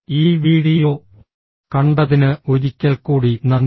ഈ വീഡിയോ കണ്ടതിന് ഒരിക്കൽക്കൂടി നന്ദി